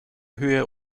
höhe